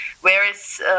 Whereas